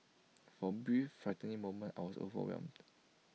for A brief frightening moment I was overwhelmed